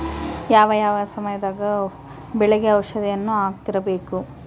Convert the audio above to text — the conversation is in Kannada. ಯಾವ ಯಾವ ಸಮಯದಾಗ ಬೆಳೆಗೆ ಔಷಧಿಯನ್ನು ಹಾಕ್ತಿರಬೇಕು?